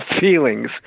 feelings